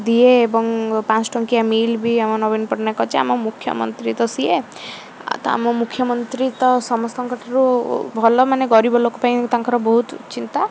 ଦିଏ ଏବଂ ପାଞ୍ଚ ଟଙ୍କିଆ ମିଲ୍ ବି ଆମ ନବୀନ ପଟ୍ଟନାୟକ ଅଛି ଆମ ମୁଖ୍ୟମନ୍ତ୍ରୀ ତ ସିଏ ଆଉ ତ ଆମ ମୁଖ୍ୟମନ୍ତ୍ରୀ ତ ସମସ୍ତଙ୍କ ଠାରୁ ଭଲ ମାନେ ଗରିବ ଲୋକ ପାଇଁ ତାଙ୍କର ବହୁତ ଚିନ୍ତା